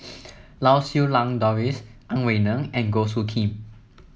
Lau Siew Lang Doris Ang Wei Neng and Goh Soo Khim